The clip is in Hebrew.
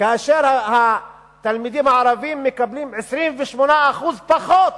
כאשר התלמידים הערבים מקבלים 28% פחות